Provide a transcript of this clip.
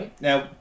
now